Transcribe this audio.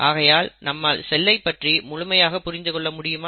ஆகையால் நம்மால் செல்லை பற்றி முழுமையாக புரிந்து கொள்ள முடியுமா